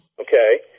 okay